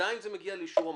עדיין זה מגיע לאישור המועצה,